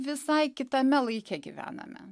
visai kitame laike gyvename